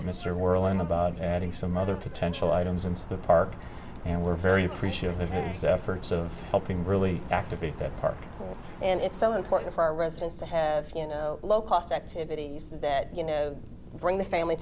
mr whirling about adding some other potential items into the park and we're very appreciative of this efforts of helping really activate that park and it's so important for our residents to have you know low cost activities that you know bring the family